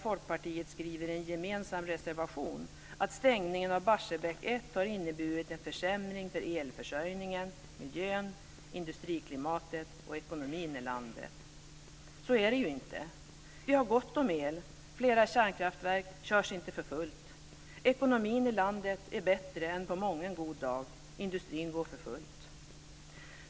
Barsebäck 1 har inneburit en försämring för elförsörjningen, miljön, industriklimatet och ekonomin i landet. Så är det ju inte. Vi har gott om el, och flera kärnkraftverk körs inte för fullt. Ekonomin i landet är bättre än på mången god dag. Industrin går för fullt.